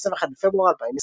21 בפברואר 2020